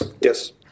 Yes